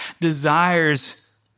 desires